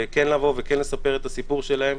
וכן לבוא וכן לספר את הסיפור שלהם,